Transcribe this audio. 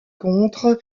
contre